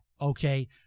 Okay